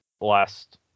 last